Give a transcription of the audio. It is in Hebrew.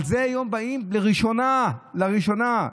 על זה היום באים לראשונה, לראשונה.